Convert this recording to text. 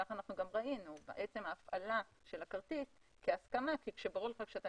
וכך גם ראינו בעצם ההפעלה של הכרטיס כהסכמה כי ברור לך שכאשר אתה